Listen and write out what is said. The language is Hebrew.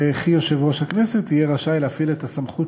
וכי יושב-ראש הכנסת יהיה רשאי להפעיל את הסמכות